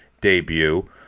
debut